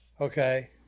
okay